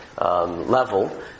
Level